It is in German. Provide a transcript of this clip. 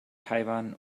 taiwan